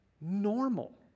normal